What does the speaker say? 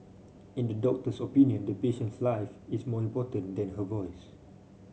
in the doctor's opinion the patient's life is more important than her voice